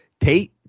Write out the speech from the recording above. Tate